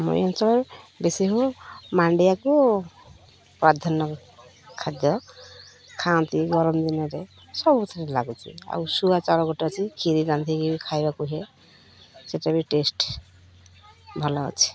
ଆମ ଅଞ୍ଚଳରେ ବେଶୀ ହେଉ ମାଣ୍ଡିଆକୁ ପ୍ରାଧନ୍ୟ ଖାଦ୍ୟ ଖାଆନ୍ତି ଗରମ ଦିନରେ ସବୁଥିରେ ଲାଗୁଛି ଆଉ ଶୁଆ ଚାଳ ଗୋଟିଏ ଅଛି ଖିରି ରାନ୍ଧିକରି ବି ଖାଇବାକୁ ହୁଏ ସେଇଟା ବି ଟେଷ୍ଟ ଭଲ ଅଛି